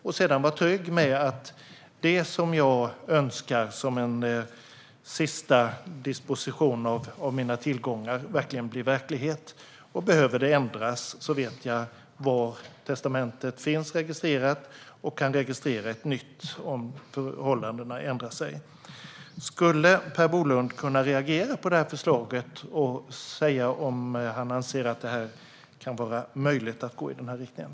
Sedan kan man vara trygg med att det som jag önskar som en sista disposition av mina tillgångar blir verklighet. Behöver testamentet ändras vet man var det finns registrerat. Då kan man registrera ett nytt om förhållandena ändrar sig. Skulle Per Bolund kunna reagera på det här förslaget och säga om han anser att det är möjligt att gå i den riktningen?